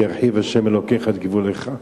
כי ירחיב השם אלוקיך את גבוליך,